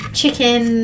chicken